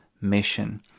mission